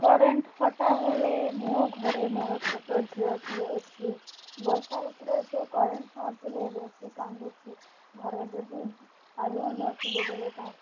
current କଟା ହେଲେ ମୋ ଘରେ ମୋର ଛୋଟ ଝିଅଟିଏ ଅଛି ବର୍ଷାଋତୁରେ ସେ କରେଣ୍ଟ ନଥିଲେ ବେଶୀ କାନ୍ଦୁଛି ଘରେ ଯଦି ଆଲୁଅ ନଥିବ ବୋଲେ ତା